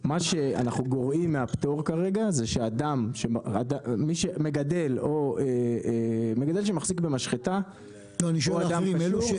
מה שאנחנו גורעים מהפטור כרגע זה מי שמגדל שמחזיק במשחטה או אדם קשור,